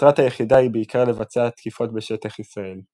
מטרת היחידה היא בעיקר לבצע תקיפות בשטח ישראל.